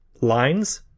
lines